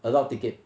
a lot of ticket